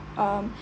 um